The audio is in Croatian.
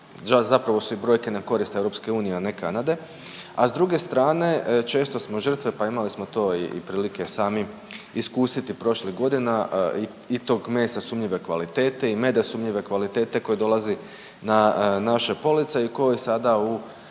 zapravo su i brojke na korist EU, a ne Kanade, a s druge strane, često smo žrtve pa imali smo to i prilike sami iskusiti prošlih godina i tog mesa sumnjive kvalitete i meda sumnjive kvalitete koji dolazi na naše police i koji sada u